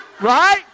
right